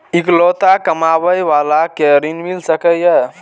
इकलोता कमाबे बाला के ऋण मिल सके ये?